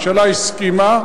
הממשלה הסכימה,